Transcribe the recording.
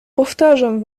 powtarzam